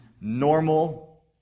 normal